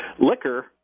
liquor